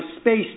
space